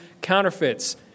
counterfeits